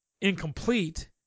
incomplete